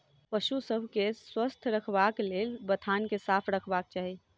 पशु सभ के स्वस्थ रखबाक लेल बथान के साफ रखबाक चाही